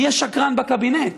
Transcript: מי השקרן בקבינט?